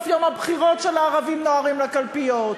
יום הבחירות של "הערבים נוהרים לקלפיות".